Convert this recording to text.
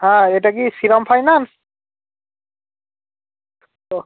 হ্যাঁ এটা কি শ্রীরাম ফাইনান্স ওহ